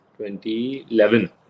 2011